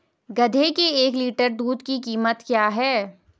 गधे के एक लीटर दूध की कीमत क्या है?